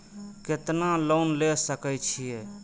केतना लोन ले सके छीये?